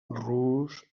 rus